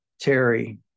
Terry